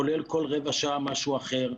כולל כל רבע שעה משהו אחר,